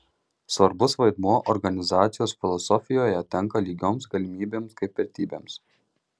svarbus vaidmuo organizacijos filosofijoje tenka lygioms galimybėms kaip vertybėms